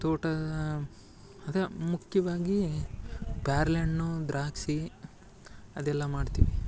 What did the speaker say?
ತೋಟ ಅದೆ ಮುಖ್ಯವಾಗಿ ಪೇರ್ಲೆ ಹಣ್ಣು ದ್ರಾಕ್ಷಿ ಅದೆಲ್ಲ ಮಾಡ್ತೀವಿ